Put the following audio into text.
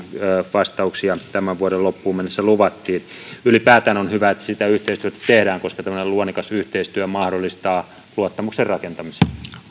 vastauksia tämän vuoden loppuun mennessä luvattiin ylipäätään on hyvä että sitä yhteistyötä tehdään koska tämmöinen luonnikas yhteistyö mahdollistaa luottamuksen rakentamisen